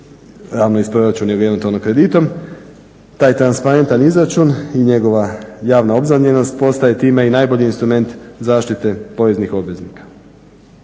ravno iz proračuna ili eventualno kreditom. Taj transparentan izračun i njegova javna obznanjenost postaje time i najbolji instrument zaštite poreznih obveznika.